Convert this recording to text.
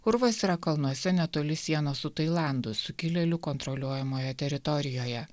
urvas yra kalnuose netoli sienos su tailandu sukilėlių kontroliuojamoje teritorijoje